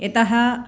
यतः